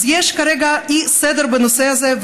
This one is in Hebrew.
אז יש כרגע אי-סדר בנושא הזה,